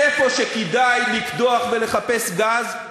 איפה שכדאי לקדוח ולחפש גז,